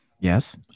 Yes